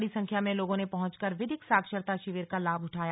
बड़ी संख्या में लोगों ने पहुंचकर विधिक साक्षरता शिविर का लाभ उठाया